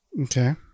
okay